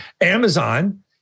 amazon